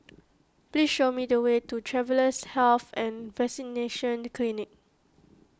please show me the way to Travellers' Health and Vaccination Clinic